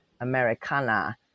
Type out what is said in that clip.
Americana